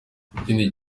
ikindi